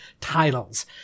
titles